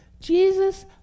Jesus